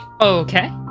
Okay